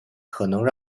可能